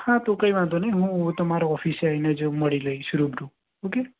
હા તો કંઈ વાંધો નહીં હું તમારા ઓફિસે આવીને જ મળી લઈશ રૂબરૂ ઓકે